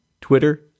Twitter